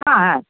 ಹಾಂ ಹಾಂ